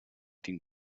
tinc